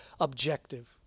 objective